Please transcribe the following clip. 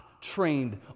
trained